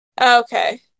Okay